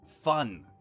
Fun